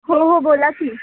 हो हो बोला की